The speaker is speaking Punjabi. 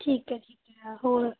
ਠੀਕ ਹੈ ਹੋਰ